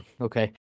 Okay